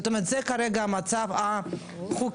זאת אומרת זה כרגע המצב החוקי.